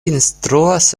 instruas